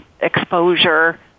exposure